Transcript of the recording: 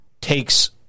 takes